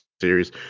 series